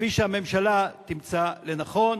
כפי שהממשלה תמצא לנכון.